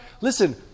listen